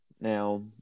now –